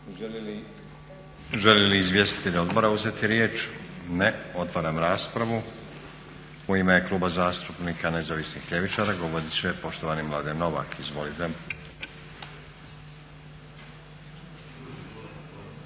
Žele li izvjestitelji odbora uzeti riječ? Ne. Otvaram raspravu. U ime Kluba zastupnika Nezavisnih ljevičara govoriti će poštovani Mladen Novak. Izvolite.